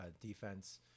defense